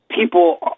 people